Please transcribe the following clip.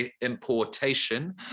importation